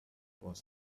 was